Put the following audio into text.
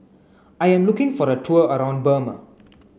I am looking for a tour around Burma